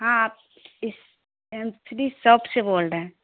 ہاں آپ اس ایم سی ڈی شاپ سے بول رہے ہیں